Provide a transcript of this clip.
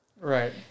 Right